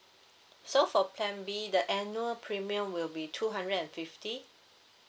so for plan B the annual premium will be two hundred and fifty